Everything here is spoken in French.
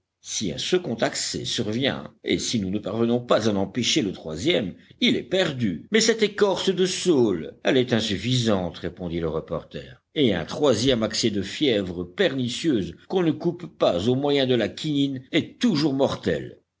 si un second accès survient et si nous ne parvenons pas à empêcher le troisième il est perdu mais cette écorce de saule elle est insuffisante répondit le reporter et un troisième accès de fièvre pernicieuse qu'on ne coupe pas au moyen de la quinine est toujours mortel